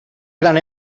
gran